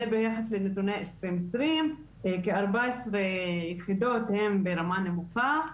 זה ביחס לנתוני 2020. כארבע עשרה יחידות הן ברמה נמוכה.